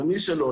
ומי שלא,